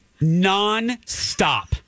Non-stop